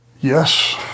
Yes